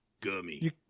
Gummy